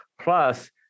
Plus